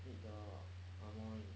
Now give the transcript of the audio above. eat the amoy